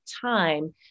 time